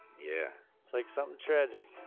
yeah it's like some shouldn't